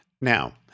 Now